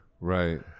Right